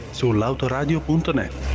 sull'autoradio.net